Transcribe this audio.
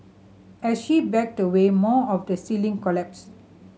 as she backed away more of the ceiling collapsed